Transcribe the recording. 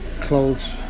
Clothes